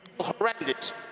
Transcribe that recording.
horrendous